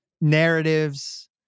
narratives